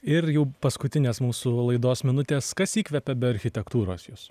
ir jau paskutinės mūsų laidos minutės kas įkvepia architektūros jus